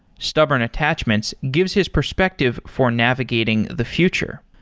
stubborn attachments gives his perspective for navigating the future.